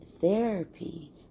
therapy